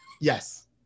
Yes